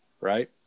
right